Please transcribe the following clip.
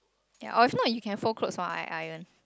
ya or if not you can fold clothes while I iron